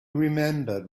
remembered